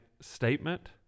statement